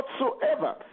whatsoever